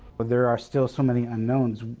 but there are still so many unknowns.